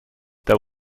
there